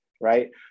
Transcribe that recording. right